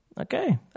Okay